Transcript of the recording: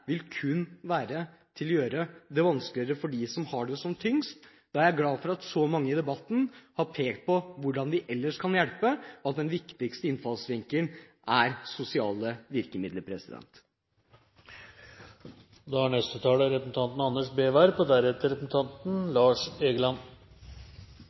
vil kun være med på å gjøre det vanskeligere for dem som har det tyngst. Da er jeg glad for at så mange i debatten har pekt på hvordan vi ellers kan hjelpe – at den viktigste innfallsvinkelen er sosiale virkemidler.